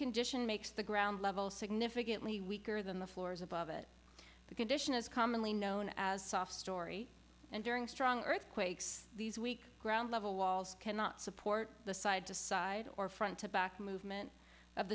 condition makes the ground level significantly weaker than the floors above it the condition is commonly known as soft story and during strong earthquakes these weak ground level walls cannot support the side to side or front to back movement of